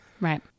Right